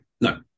No